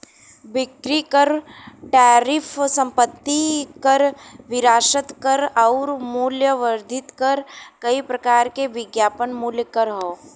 बिक्री कर टैरिफ संपत्ति कर विरासत कर आउर मूल्य वर्धित कर कई प्रकार के विज्ञापन मूल्य कर हौ